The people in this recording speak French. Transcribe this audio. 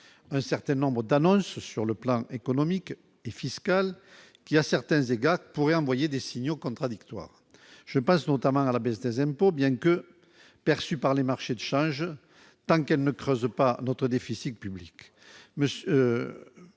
un certain nombre d'annonces sur le plan économique et fiscale qui à certains égards pourraient envoyer des signaux contradictoires, je pense notamment à la baisse des impôts, bien que perçu par les marchés de change tant qu'elle ne creuse pas notre déficit public,